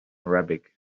arabic